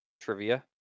trivia